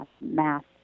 math